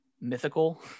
mythical